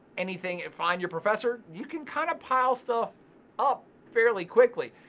anything, find your professor. you can kind of pile stuff up fairly quickly,